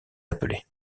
appeler